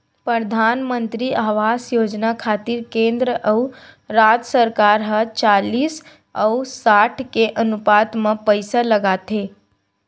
परधानमंतरी आवास योजना खातिर केंद्र अउ राज सरकार ह चालिस अउ साठ के अनुपात म पइसा लगाथे